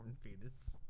fetus